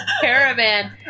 caravan